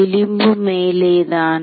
விளிம்பு மேலே தான்